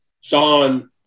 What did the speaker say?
Sean